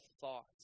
thoughts